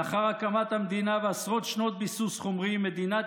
לאחר הקמת המדינה ועשרות שנות ביסוס חומרי מדינת